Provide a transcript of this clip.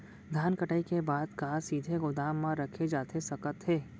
धान कटाई के बाद का सीधे गोदाम मा रखे जाथे सकत हे?